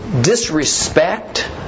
disrespect